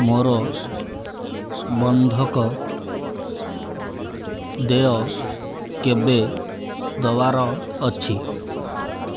ମୋର ବନ୍ଧକ ଦେୟ କେବେ ଦେବାର ଅଛି